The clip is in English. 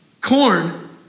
corn